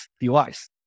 device